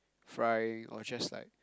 frying or just like